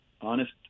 honest